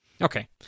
Okay